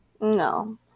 No